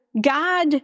God